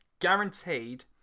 guaranteed